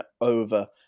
over